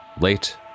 Late